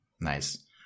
Nice